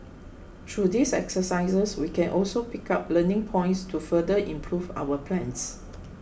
through these exercises we can also pick up learning points to further improve our plans